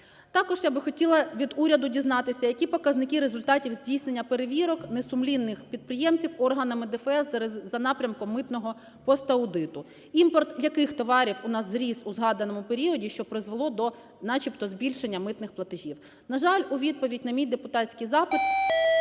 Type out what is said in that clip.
Також я би хотіла від уряду дізнатися, які показники результатів здійснення перевірок несумлінних підприємців органами ДФС за напрямком митного пост-аудиту, імпорт яких товарів у нас зріс у згаданому періоді, що призвело до начебто збільшення митних платежів. На жаль, у відповідь на мій депутатський запит